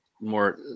more